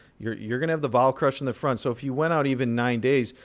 you're you're going to have the vol crush in the front. so if you went out even nine days,